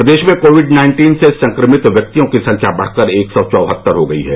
प्रदेश में covid nineteen से संक्रमित व्यक्तियों की संख्या बढ़कर एक सौ चौहत्तर हो गई है